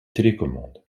télécommande